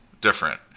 different